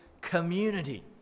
community